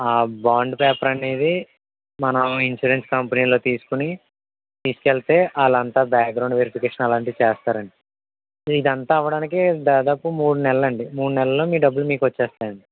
bond paper అనేది మనం insurance కంపెనీలో తీసుకొని తీసుకెళ్తే వాళ్ళంతా బ్యాక్గ్రౌండ్ వెరిఫికేషన్ అలాంటిది చేస్తారండి ఇదంతా అవ్వడానికి దాదాపు మూడు నెలలండి మూడు నెలల్లో మీ డబ్బులు మీకు వచ్చేస్తాయండి